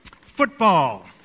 football